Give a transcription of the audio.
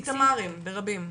איתמרים - ברבים.